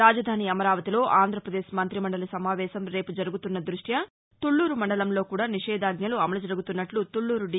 రాజధాని అమరావతిలో ఆంధ్రప్రదేశ్ మంత్రి మండలి సమావేశం రేపు జరుగుతున్న దృష్ణా తుళ్ళూరు మండలంలో కూడా నిషేధాజ్జలు అమలు జరుగుతున్నట్లు తుళ్ళూరు డి